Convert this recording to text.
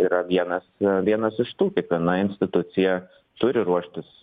yra vienas vienas iš tų kiekviena institucija turi ruoštis